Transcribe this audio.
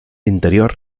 interior